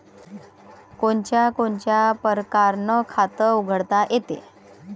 कोनच्या कोनच्या परकारं खात उघडता येते?